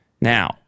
Now